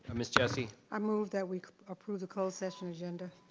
ms. jessie? i move that we approve the close session agenda.